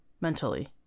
mentally